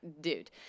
dude